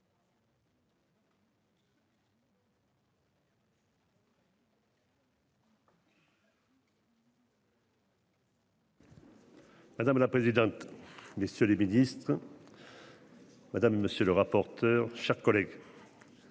Madame la présidente, messieurs les ministres. Madame, monsieur le rapporteur, chers collègues.